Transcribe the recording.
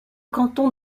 canton